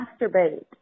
masturbate